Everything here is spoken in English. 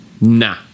nah